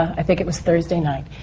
i think it was thursday night.